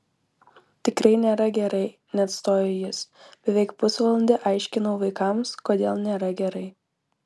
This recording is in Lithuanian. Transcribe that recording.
tikrai nėra gerai neatstojo jis beveik pusvalandį aiškinau vaikams kodėl nėra gerai